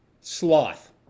sloth